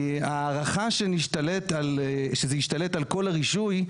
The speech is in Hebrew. ההערכה שזה ישתלט על כל הרישוי,